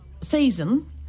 season